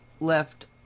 left